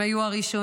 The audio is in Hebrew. הם היו הראשונים,